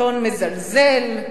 טון מזלזל,